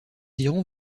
irons